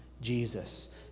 Jesus